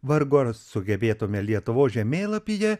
vargu ar sugebėtume lietuvos žemėlapyje